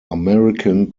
american